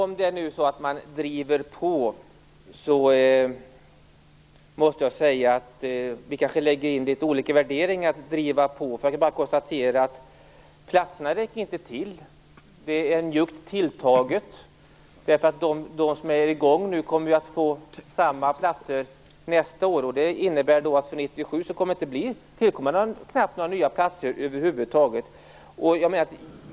Herr talman! Vi kanske lägger in litet olika värderingar i att "driva på". Jag kan bara konstatera att platserna inte räcker. De är njuggt tilltagna. De som är i gång nu kommer att få samma antal platser nästa år, och det innebär att det knappast tillkommer några nya platser över huvud taget för 1997.